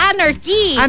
Anarchy